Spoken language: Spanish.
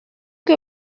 que